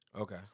Okay